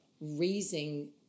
raising